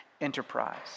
enterprise